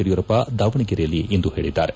ಯಡಿಯೂರಪ್ಪ ದಾವಣಗೆರೆಯಲ್ಲಿಂದು ಪೇಳಿದ್ದಾರೆ